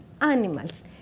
animals